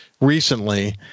recently—